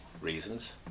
reasons